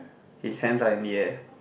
his hands are in the air